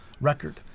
record